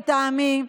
לטעמי,